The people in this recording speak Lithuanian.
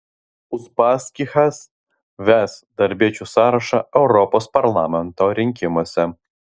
uspaskichas ves darbiečių sąrašą europos parlamento rinkimuose